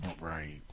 Right